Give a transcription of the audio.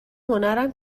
هنرم